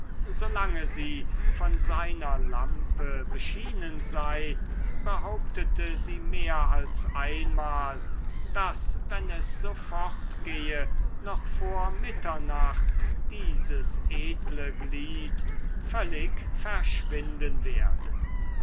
solange sie von seiner lampe beschienen sei behauptete sie mehr als einmal daß wenn es so fortgehe noch vor mitternacht dieses edle glied völlig verschwinden werde